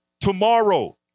tomorrow